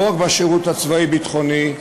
לא רק בשירות הצבאי-ביטחוני,